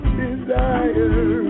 desire